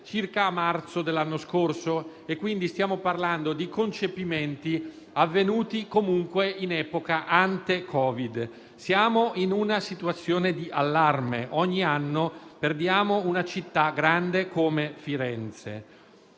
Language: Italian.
circa a marzo dell'anno scorso. Stiamo quindi parlando di concepimenti avvenuti comunque in epoca antecedente al Covid-19. Siamo in una situazione di allarme. Ogni anno perdiamo una città grande come Firenze